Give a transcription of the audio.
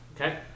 Okay